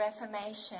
Reformation